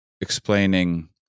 explaining